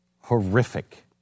horrific